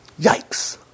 Yikes